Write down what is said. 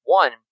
one